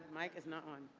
mic is not on.